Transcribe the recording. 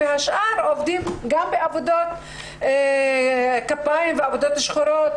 והשאר עובדות בעבודות כפיים ועבודות שחורות,